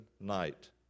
night